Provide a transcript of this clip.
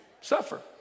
suffer